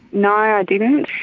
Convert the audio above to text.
no, i ah didn't.